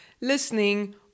listening